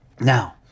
Now